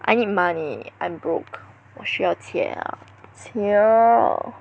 I need money I'm broke 我需要钱钱